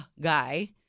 guy